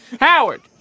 Howard